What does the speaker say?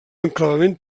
enclavament